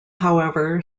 however